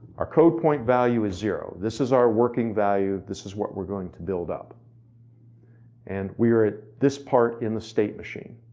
our code point value is zero. this is our working value. this is what we're going to build up and we were at this part in the state machine.